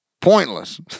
Pointless